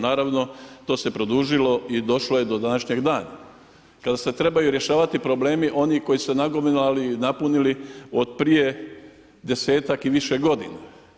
Naravno, to se produžilo i došlo je do današnjeg dana, kada se trebaju rješavati problemi oni koji se nagomilali, napunili od prije 10-ak i više godina.